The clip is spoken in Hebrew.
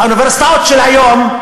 האוניברסיטאות של היום,